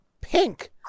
pink